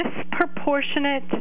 disproportionate